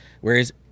whereas